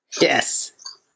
yes